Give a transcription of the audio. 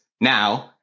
now